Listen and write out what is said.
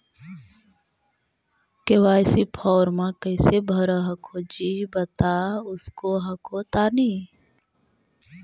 KYC फॉर्मा कैसे भरा हको जी बता उसको हको तानी?